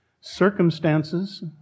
circumstances